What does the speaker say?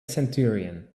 centurion